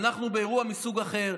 ואנחנו באירוע מסוג אחר,